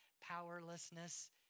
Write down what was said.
powerlessness